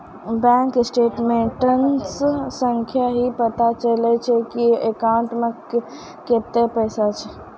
bank statements सं ही पता चलै छै की अकाउंटो मे कतै पैसा छै